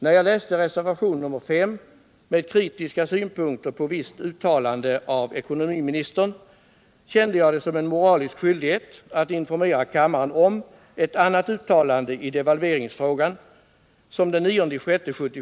När jag läste reservationen 5 med kritiska synpunkter på ett visst uttalande av ekonomiministern kände jag det som en moralisk skyldighet att informera kammaren om ett annat uttalande i